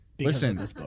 Listen